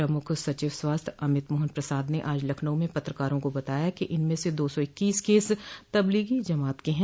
प्रमुख सचिव स्वास्थ्य अमित मोहन प्रसाद ने आज लखनऊ में पत्रकारों को बताया कि इनमें से दो सौ इक्कीस केस तबलीगी जमात के हैं